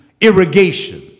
irrigation